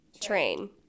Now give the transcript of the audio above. Train